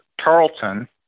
Tarleton